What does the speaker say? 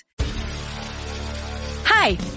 Hi